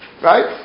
Right